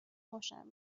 خوشم